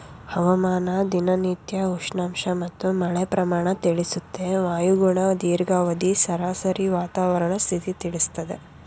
ಹವಾಮಾನ ದಿನನಿತ್ಯ ಉಷ್ಣಾಂಶ ಮತ್ತು ಮಳೆ ಪ್ರಮಾಣ ತಿಳಿಸುತ್ತೆ ವಾಯುಗುಣ ದೀರ್ಘಾವಧಿ ಸರಾಸರಿ ವಾತಾವರಣ ಸ್ಥಿತಿ ತಿಳಿಸ್ತದೆ